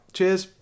Cheers